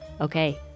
Okay